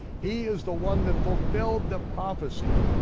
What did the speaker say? he is the one that fulfilled the prophecy.